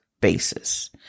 basis